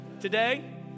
Today